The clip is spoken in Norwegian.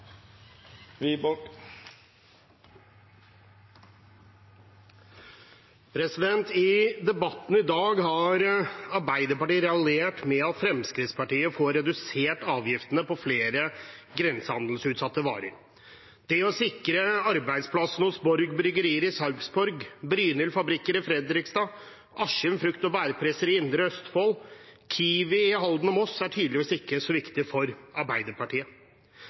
I debatten i dag har Arbeiderpartiet raljert med at Fremskrittspartiet får redusert avgiftene på flere grensehandelsutsatte varer. Det å sikre arbeidsplassene hos Borg bryggerier i Sarpsborg, Brynild fabrikker i Fredrikstad, Askim frukt- og bærpresseri i Indre Østfold og Kiwi i Halden og Moss, det er tydeligvis ikke så viktig for Arbeiderpartiet.